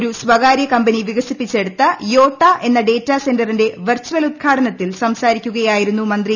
ഒരു സ്വകാര്യ കമ്പനി വികസിപ്പിച്ചെടുത്ത യോട്ട എന്ന സെന്ററിന്റെ വെർച്ചൽ ഉദ്ഘാടനത്തിൽ ഡാറ്റാ സംസാരിക്കുകയായിരുന്നു മന്ത്രി